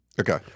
Okay